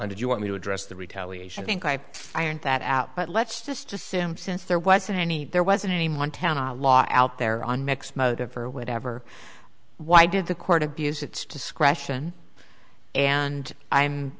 how did you want me to address the retaliation think i ironed that out but let's just assume since there wasn't any there wasn't any montana law out there on mixed motives or whatever why did the court abuse its discretion and i'm